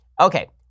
Okay